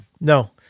No